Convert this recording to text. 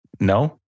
No